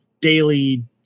daily